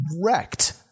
wrecked